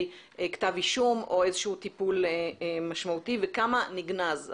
כתב אישום או איזשהו טיפול משמעותי וכמה נגנזות,